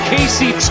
Casey